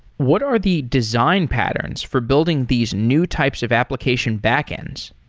what are the design patterns for building these new types of application backends?